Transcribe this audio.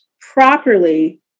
properly